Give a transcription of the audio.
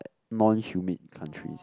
non humid countries